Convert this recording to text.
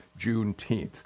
Juneteenth